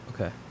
Okay